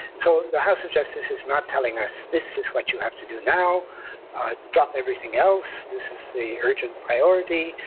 so the house of justice is not telling us this is what you have to do, now drop everything else, this is the urgent priority,